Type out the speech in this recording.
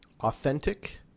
Authentic